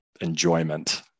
enjoyment